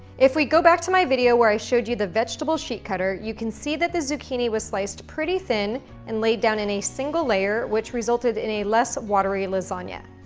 if we go back to my video where i showed you the vegetable sheet cutter, you can see that the zucchini was sliced pretty thin and laid down in a single layer, which resulted in a less watery lasagna.